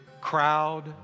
Crowd